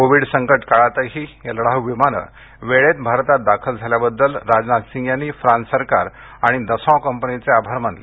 Covid संकटकाळातही ही लढाऊ विमानं वेळेत भारतात दाखल झाल्याबद्दल राजनाथ सिंग यांनी फ्रांस सरकार आणि दसॉ कंपनीचे आभार मानले